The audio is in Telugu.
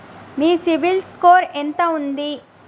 మీ సిబిల్ స్కోర్ ఎంత ఉంది?